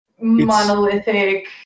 monolithic